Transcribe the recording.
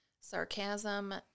Sarcasm